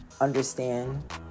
understand